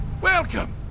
Welcome